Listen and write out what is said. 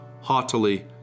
haughtily